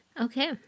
Okay